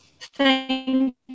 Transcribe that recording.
thank